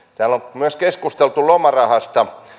täällä on myös keskusteltu lomarahasta